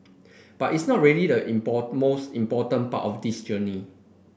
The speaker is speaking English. but it's not really the most important part of this journey